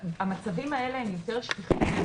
המצבים האלה הם יותר שכיחים.